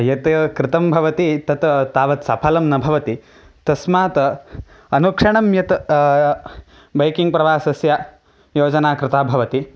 यतेवं कृतं भवति तत् तावत् सफलं न भवति तस्मात् अनुक्षणं यत् बैकिङ्ग् प्रवासस्य योजना कृता भवति